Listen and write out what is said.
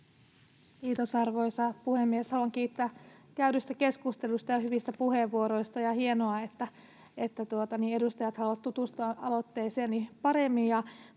Kiitos, arvoisa puhemies! Haluan kiittää käydyistä keskusteluista ja hyvistä puheenvuoroista, ja hienoa, että edustajat haluavat tutustua aloitteeseeni paremmin.